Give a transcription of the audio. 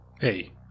Hey